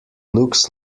looks